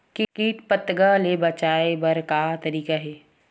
कीट पंतगा ले बचाय बर का तरीका हे?